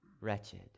wretched